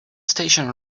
station